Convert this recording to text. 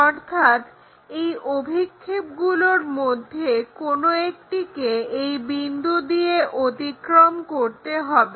অর্থাৎ এই অভিক্ষেপগুলোর মধ্যে কোনো একটিকে এই বিন্দু দিয়ে অতিক্রম করতে হবে